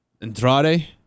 andrade